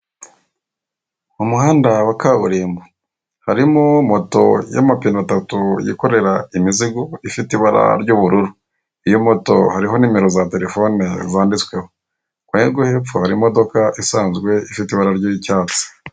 Umuhanda wa kaburimbo harimo moto y'amapine atatu yikorera imizigo ifite ibara ry'ubururu, iyi moto hariho nimero za terefone zanditsweho, uruhande ro hepfo hari imodoka isanzwe ifite ibara ry'icyatsi.